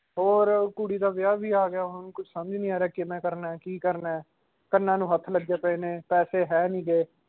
ਹੋਰ ਕੁੜੀ ਦਾ ਵਿਆਹ ਵੀ ਆ ਗਿਆ ਹੁਣ ਕੁਛ ਸਮਝ ਨਹੀਂ ਆ ਰਿਹਾ ਕਿਵੇਂ ਕਰਨਾ ਕੀ ਕਰਨਾ ਕੰਨਾਂ ਨੂੰ ਹੱਥ ਲੱਗੇ ਪਏ ਨੇ ਪੈਸੇ ਹੈ ਨਹੀਂ ਗੇ